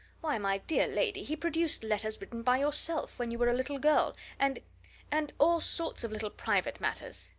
why, my dear lady, he produced letters written by yourself, when you were a little girl and and all sorts of little private matters.